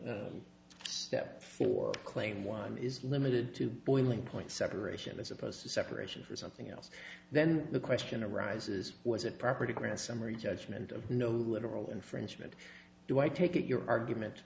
step four claim one is limited to boiling point separation as opposed to separation for something else then the question arises was it proper to grant summary judgment of no literal infringement do i take it your argument